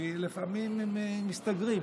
כי לפעמים הם מסתגרים.